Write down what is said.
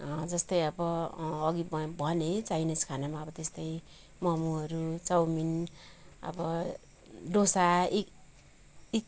जस्तै अब अघि भ भने चाइनिस खानामा अब त्यस्तै मोमोहरू चाउमिन अब डोसा इग इग